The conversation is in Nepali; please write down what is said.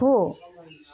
हो